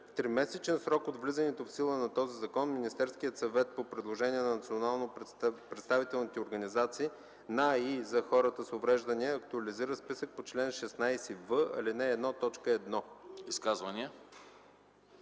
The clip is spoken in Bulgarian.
тримесечен срок от влизането в сила на този закон Министерският съвет, по предложение на национално представителните организации на и за хората с увреждания, актуализира списъка по чл. 16в, ал. 1, т.